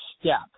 step